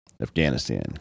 Afghanistan